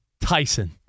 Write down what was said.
Tyson